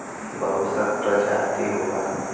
बहुत सा प्रजाति होला